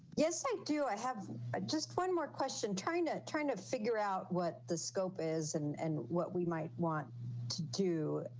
yes, i like do. i have a just one more question. trying to trying to figure out what the scope is and and what we might want to do